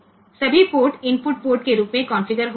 सभी port input port के रूप में कॉन्फ़िगर हो जाएंगे